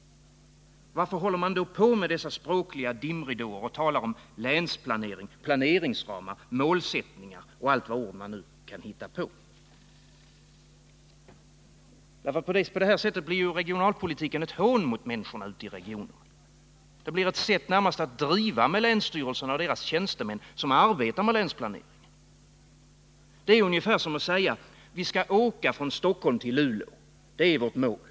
Varför håller man då på med dessa språkliga dimridåer och talar om länsplanering, planeringsramar, målsättningar och vad det nu är för ord man hittar på? På det här sättet blir ju regionalpolitiken ett hån mot människorna ute i regionerna, ett sätt att driva med länsstyrelserna och deras tjänstemän som arbetar med länsplaneringen. Det är ungegär som att säga: Vi skall åka från Stockholm till Luleå — det är vårt mål.